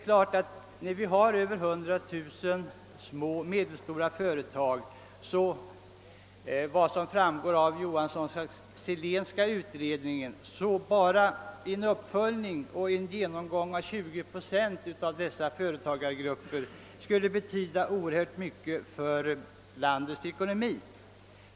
Eftersom vi har över 100 000 små och medelstora företag i Sverige är det klart, vilket också framgår av den Johanssonska— Sillénska utredningen, att enbart en genomgång av 20 procent av företagargrupperna i fråga skulle betyda oerhört mycket för landets ekonomi.